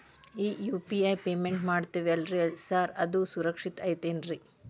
ಈ UPI payment ಮಾಡ್ತೇವಿ ಅಲ್ರಿ ಸಾರ್ ಅದು ಸುರಕ್ಷಿತ್ ಐತ್ ಏನ್ರಿ?